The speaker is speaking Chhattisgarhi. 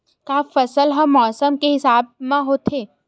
का फसल ह मौसम के हिसाब म होथे?